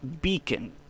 beacon